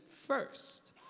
first